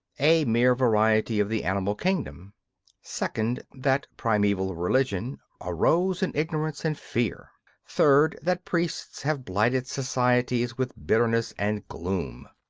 a mere variety of the animal kingdom second, that primeval religion arose in ignorance and fear third, that priests have blighted societies with bitterness and gloom.